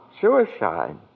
Suicide